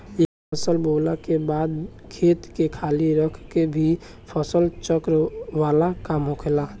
एगो फसल बोअला के बाद खेत के खाली रख के भी फसल चक्र वाला काम होला